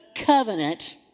covenant